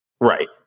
Right